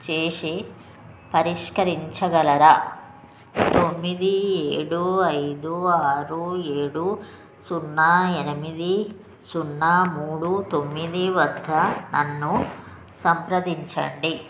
చేసి పరిష్కరించగలరా తొమ్మిది ఏడు ఐదు ఆరు ఏడు సున్నా ఎనమిది సున్నా మూడు తొమ్మిది వద్ద నన్ను సంప్రదించండి